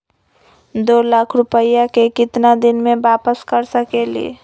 दो लाख रुपया के केतना दिन में वापस कर सकेली?